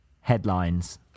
headlines